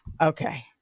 okay